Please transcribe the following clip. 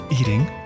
eating